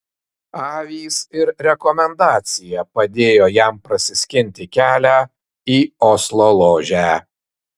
avys ir rekomendacija padėjo jam prasiskinti kelią į oslo ložę